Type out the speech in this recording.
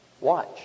Watch